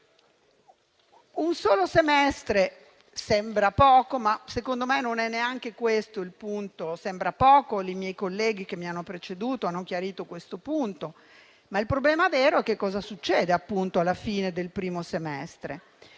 Un solo semestre sembra poco, ma secondo me non è neanche questo il punto. I colleghi che mi hanno preceduto hanno chiarito questo punto. Il problema vero è che cosa succede alla fine del primo semestre: